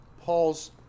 Paul's